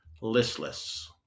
listless